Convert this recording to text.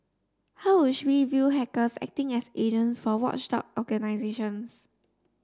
how wish we view hackers acting as agents for watchdog organisations